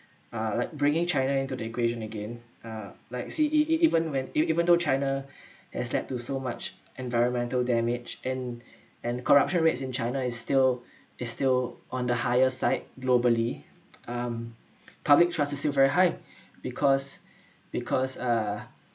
uh like bringing china into the equation again uh like see e~ e~ even when even though china has led to so much environmental damage and and corruption rates in china is still is still on the higher side globally um public transit still very high because because uh